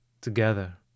together